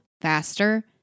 faster